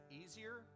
easier